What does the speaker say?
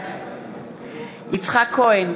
בעד יצחק כהן,